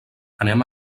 anem